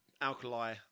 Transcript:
alkali